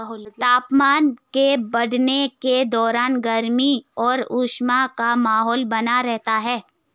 तापमान के बढ़ने के दौरान गर्मी और उमस का माहौल बना रहता है